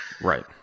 right